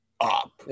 up